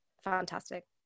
fantastic